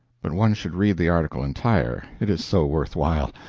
but one should read the article entire it is so worth while.